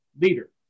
leader